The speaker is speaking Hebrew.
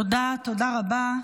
תודה רבה.